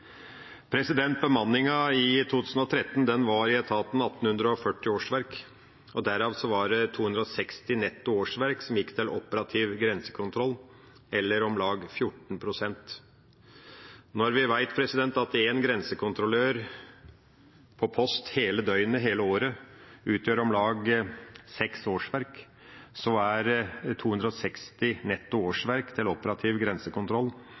Bemanninga i 2013 var i etaten 1 840 årsverk, og derav var det 260 netto årsverk som gikk til operativ grensekontroll, eller om lag 14 pst. Når vi vet at én grensekontrollør på post hele døgnet, hele året, utgjør om lag seks årsverk, er 260 netto årsverk til operativ grensekontroll